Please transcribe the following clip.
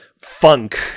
funk